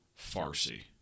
Farsi